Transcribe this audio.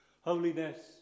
Holiness